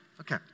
Okay